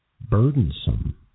burdensome